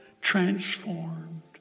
transformed